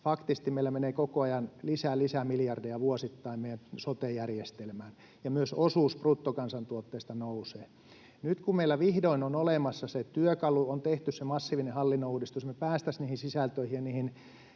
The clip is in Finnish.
faktisesti meillä menee koko ajan lisää, lisää miljardeja vuosittain meidän sote-järjestelmään ja myös osuus bruttokansantuotteesta nousee. Nyt kun meillä vihdoin on olemassa se työkalu, on tehty se massiivinen hallinnon uudistus ja me päästäisiin niihin sisältöihin ja niihin